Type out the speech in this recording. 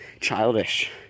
childish